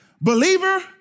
Believer